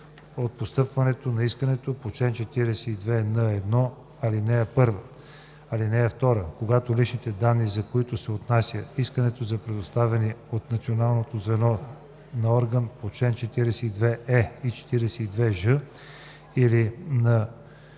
от постъпването на искането по чл. 42н1, ал. 1. (2) Когато личните данни, за които се отнася искането, са предоставени от Националното звено на орган по чл. 42е и 42ж или на